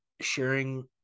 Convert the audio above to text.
sharing